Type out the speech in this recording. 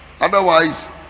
Otherwise